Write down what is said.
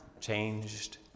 changed